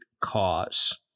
cause